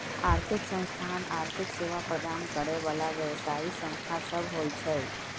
आर्थिक संस्थान आर्थिक सेवा प्रदान करे बला व्यवसायि संस्था सब होइ छै